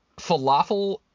falafel